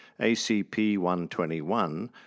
ACP-121